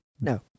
no